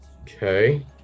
Okay